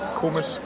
komisch